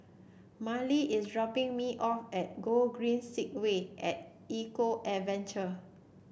Marely is dropping me off at Gogreen Segway at Eco Adventure